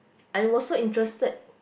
I'm also interested